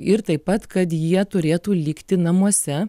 ir taip pat kad jie turėtų likti namuose